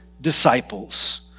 disciples